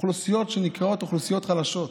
אוכלוסיות שנקראות אוכלוסיות חלשות,